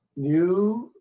you